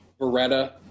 Beretta